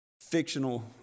fictional